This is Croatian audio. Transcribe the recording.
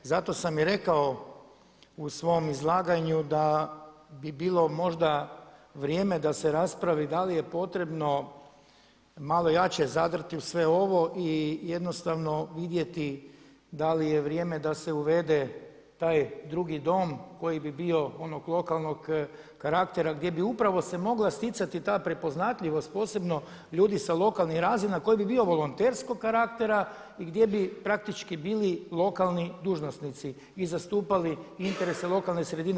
Zato sam i rekao u svom izlaganju bi bilo možda vrijeme da se raspravi da li je potrebno malo jače zadrti u sve ovo i jednostavno vidjeti da li je vrijeme da se uvede taj drugi dom koji bi bio onog lokalnog karaktera gdje bi upravo se mogla stjecati ta prepoznatljivost posebno ljudi sa lokalnih razina koji bi bio volonterskog karaktera i gdje bi praktički bili lokalni dužnosnici i zastupali interese lokalne sredine.